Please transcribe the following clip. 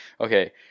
Okay